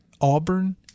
Auburn